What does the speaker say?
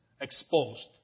exposed